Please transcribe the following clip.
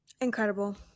Incredible